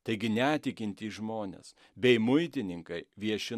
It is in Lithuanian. taigi netikintys žmonės bei muitininkai vieši